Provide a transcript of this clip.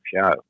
show